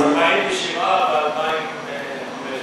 47 ב-2015.